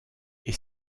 est